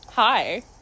Hi